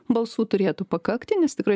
balsų turėtų pakakti nes tikrai